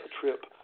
trip